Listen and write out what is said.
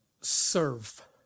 serve